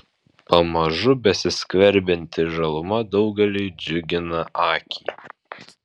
pamažu besiskverbianti žaluma daugeliui džiugina akį